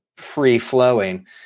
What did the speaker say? free-flowing